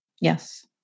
Yes